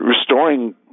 restoring